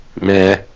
Meh